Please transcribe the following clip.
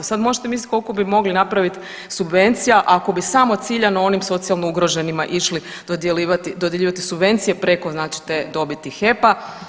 Sad možete misliti koliko bi mogli napraviti subvencija ako bi samo ciljano onim socijalno ugroženima išli dodjeljivati subvencije preko znači te dobiti HEP-a.